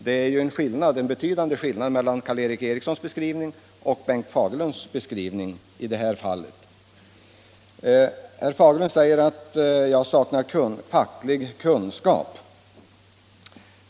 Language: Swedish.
Det är ju en betydande skillnad mellan Karl-Erik Erikssons och Bengt Fagerlunds beskrivning i det här fallet. Herr Fagerlund säger att jag saknar facklig kunskap.